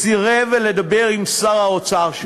וסירב לדבר עם שר האוצר שלו.